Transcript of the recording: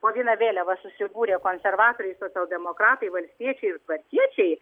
po viena vėliava susibūrė konservatoriai socialdemokratai valstiečiai ir tvarkiečiai